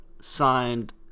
signed